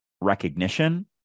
recognition